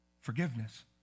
Forgiveness